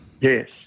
Yes